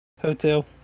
hotel